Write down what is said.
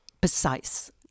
precise